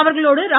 அவர்களோடு ர